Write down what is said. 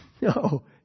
No